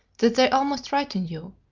that they almost frighten you,